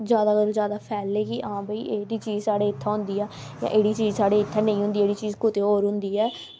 जादै कोला जादै फैले कि आं भई एह्बी चीज़ साढ़े इत्थै होंदी ऐ एह्कड़ी चीज़ साढ़े इत्थें नेईं होंदी ऐ ते कुतै होर होंदी ऐ